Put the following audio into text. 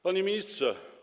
Panie Ministrze!